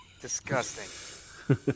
disgusting